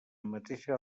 mateixa